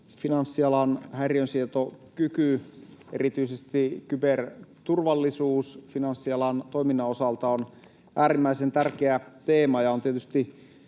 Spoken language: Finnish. Finanssialan häiriönsietokyky, erityisesti kyberturvallisuus finanssialan toiminnan osalta on äärimmäisen tärkeä teema, ja on tietysti